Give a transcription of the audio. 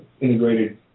integrated